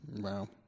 Wow